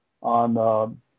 on